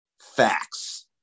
facts